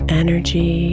energy